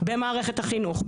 במערכת החינוך,